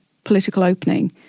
political opening.